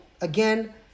again